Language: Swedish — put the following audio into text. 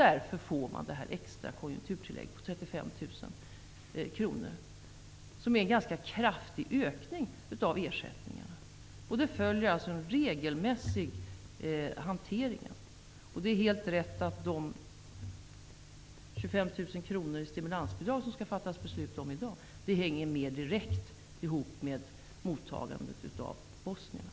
Därför får man det här extra konjunkturtillägget på 35 000 kr. Det är en ganska kraftig ökning av ersättningen. Här följs den regelmässiga hanteringen. Det är helt rätt att de 25 000 kr i stimulansbidrag som det skall fattas beslut om i dag mera direkt hänger ihop med mottagandet av bosnierna.